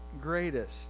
greatest